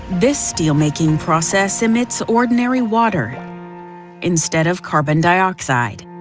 this steel-making process emits ordinary water instead of carbon dioxide.